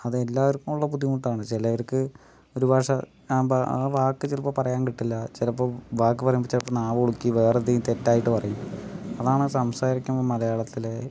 അത് എല്ലാവർക്കും ഉള്ള ബുദ്ധിമുട്ടാണ് ചിലവർക്ക് ഒരുപക്ഷെ ആ ഭാഷ ചിലപ്പോൾ പറയാൻ കിട്ടില്ല ചിലപ്പോൾ വാക്ക് പറയുമ്പോൾ നാവ് ഉളുക്കി വേറെന്തെങ്കിലും തെറ്റായിട്ട് പറയും അതാണ് സംസാരിക്കുമ്പോൾ മലയാളത്തിലെ